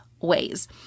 ways